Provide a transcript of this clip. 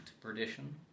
perdition